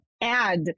add